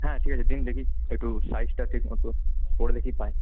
হ্যাঁ ঠিক আছে দিন দেখি একটু সাইজটা ঠিক মতো পরে দেখি পায়ে